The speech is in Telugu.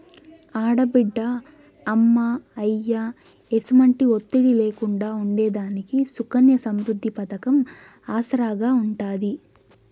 ఆడబిడ్డ అమ్మా, అయ్య ఎసుమంటి ఒత్తిడి లేకుండా ఉండేదానికి సుకన్య సమృద్ది పతకం ఆసరాగా ఉంటాది